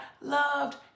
loved